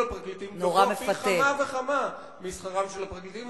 הפרקליטים גדול פי כמה וכמה משכרם של הפרקליטים,